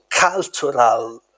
cultural